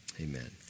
amen